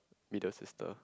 middle sister